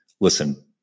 listen